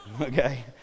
okay